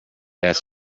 ask